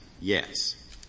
Yes